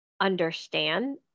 understand